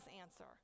answer